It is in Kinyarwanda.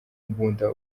imbunda